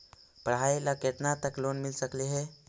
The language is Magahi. पढाई ल केतना तक लोन मिल सकले हे?